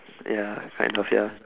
ya kind of ya